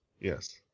Yes